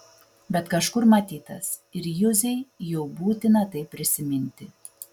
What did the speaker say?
bet kažkur matytas ir juzei jau būtina tai prisiminti